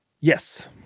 Yes